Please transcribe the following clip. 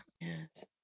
Yes